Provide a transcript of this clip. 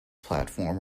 platform